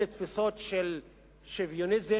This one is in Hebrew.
אלה תפיסות של שוויוניזם